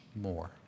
more